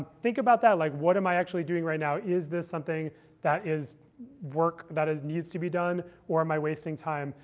think about that. like what am i actually doing right now? is this something that is work that needs to be done, or am i wasting time?